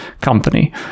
company